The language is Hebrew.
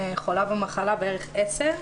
חולה במחלה בערך עשר שנים.